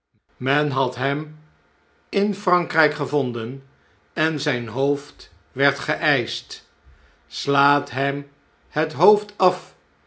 men had hem in frankrjjk gevonden en zijn hoofd werd geeischt slaat hem het hoofd af